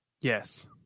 Yes